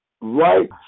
right